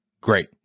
Great